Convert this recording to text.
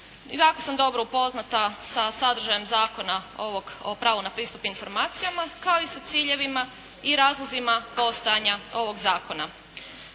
jako sam dobro upoznata sa sadržajem zakona ovog, o pravu na pristup informacijama kao i sa ciljevima i razlozima … stanja ovog zakona.